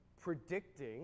predicting